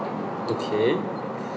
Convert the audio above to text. okay